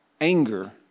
anger